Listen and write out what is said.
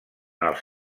els